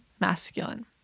masculine